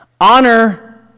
Honor